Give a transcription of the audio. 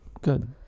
Good